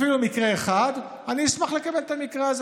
אפילו מקרה אחד, אני אשמח לקבל את המקרה הזה